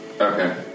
Okay